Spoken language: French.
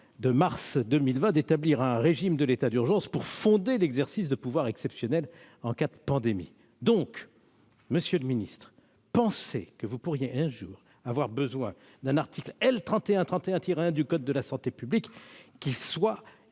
23 mars 2020, d'établir un régime de l'état d'urgence pour fonder l'exercice de pouvoirs exceptionnels en cas de pandémie. Monsieur le secrétaire d'État, pensez que vous pourriez un jour avoir besoin d'un article L. 3131-1 du code de la santé publique qui soit